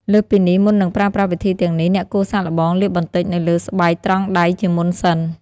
លើសពីនេះ មុននឹងប្រើប្រាស់វិធីទាំងនេះ អ្នកគួរសាកល្បងលាបបន្តិចនៅលើស្បែកត្រង់ដៃជាមុនសិន។